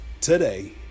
today